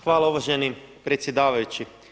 Hvala uvaženi predsjedavajući.